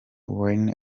whitney